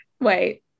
Wait